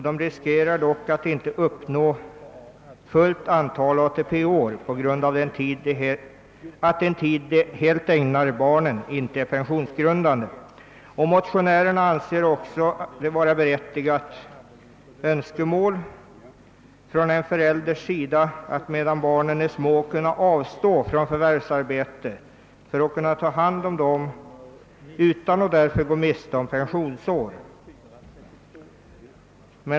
De riskerar dock att inte nå upp till fullt antal ATP-år på grundav att den tid de helt ägnar barnen inte är pensionsgrundande. Motionärerna anser det vara ett berättigat önskemål från en förälders sida att medan barnen är små kunna avstå från förvärvsarbete för att ta hand om dem utan att därför gå miste om pensionsår.